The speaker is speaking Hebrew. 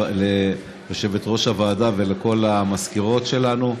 ליושבת-ראש הוועדה ולכל המזכירות שלנו,